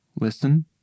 Listen